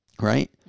right